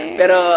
pero